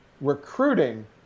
recruiting